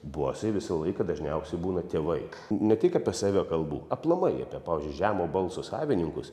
bosai visą laiką dažniausiai būna tėvai ne tik apie save kalbu aplamai apie pavyzdžiui žemo balso savininkus